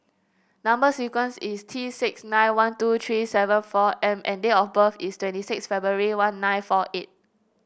number sequence is T six nine one two three seven four M and date of birth is twenty six February one nine four eight